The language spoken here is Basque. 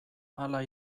hala